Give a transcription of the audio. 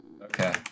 Okay